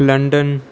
London